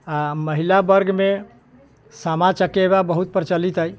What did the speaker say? आ महिला वर्गमे सामा चकेवा बहुत प्रचलित अइ